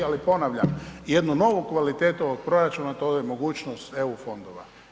Ali ponavljam jednu novu kvalitetu ovog proračuna to je mogućnost eu fondova.